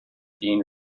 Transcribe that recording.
being